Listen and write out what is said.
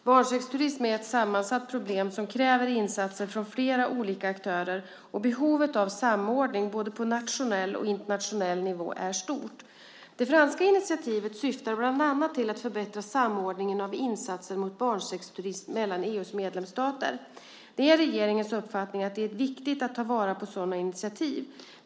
Barnsexturism är ett sammansatt problem som kräver insatser från flera olika aktörer och behovet av samordning på såväl nationell som internationell nivå är stort. Det franska initiativet syftar bland annat till att förbättra samordningen av insatser mot barnsexturism mellan EU:s medlemsstater. Det är regeringens uppfattning att det är viktigt att ta vara på sådana initiativ.